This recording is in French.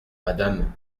madame